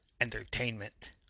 entertainment